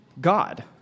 God